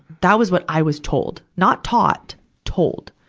that was what i was told. not taught told.